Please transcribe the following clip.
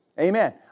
Amen